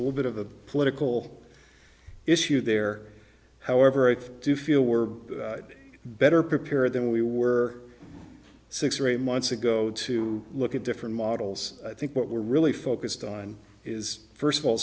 a little bit of a political issue there however i do feel we're better prepared than we were six or eight months ago to look at different models i think what we're really focused on is first of all